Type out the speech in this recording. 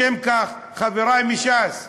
לשם כך, חברי מש"ס,